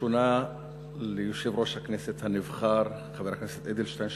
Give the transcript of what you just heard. הראשונה ליושב-ראש הכנסת הנבחר חבר הכנסת אדלשטיין.